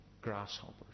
Grasshoppers